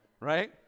Right